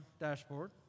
dashboard